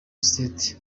state